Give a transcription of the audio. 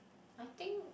I think